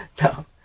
No